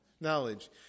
knowledge